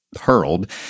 hurled